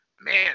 man